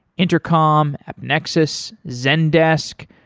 intercom, nexus, zendesk,